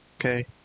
okay